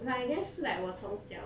like that's like 我从小